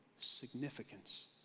significance